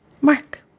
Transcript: Mark